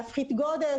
להפחית גודש,